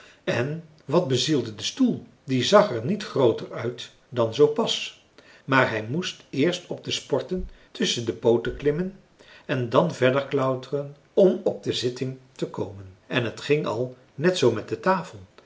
en wat bezielde den stoel die zag er niet grooter uit dan zoo pas maar hij moest eerst op de sporten tusschen de pooten klimmen en dan verder klauteren om op de zitting te komen en t ging al net zoo met de tafel